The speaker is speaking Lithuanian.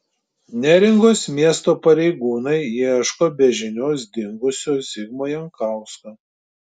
neringos miesto pareigūnai ieško be žinios dingusio zigmo jankausko